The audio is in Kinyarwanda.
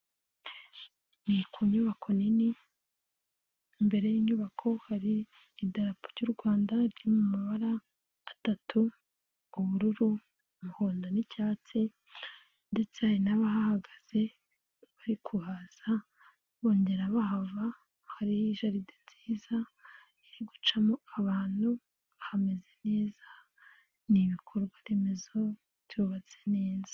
Ni ku nyubako nini imbere y'inyubako hari idarapu cy'u Rwanda riri mu mabara atatu, ubururu, umuhondo, n'icyatsi, ndetse hari n'abahagaze bari kuhaza bongera bahava, hari jaride nziza iri gucamo abantu, hameze neza ni ibikorwa remezo byubatse neza.